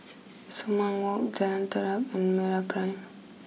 Sumang walk Jalan Terap and MeraPrime